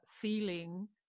feeling